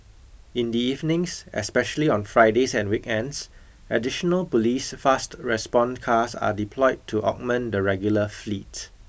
in the evenings especially on Fridays and weekends additional police fast response cars are deployed to augment the regular fleet